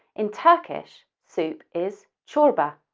in turkish, soup is corba